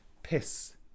piss